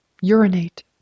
urinate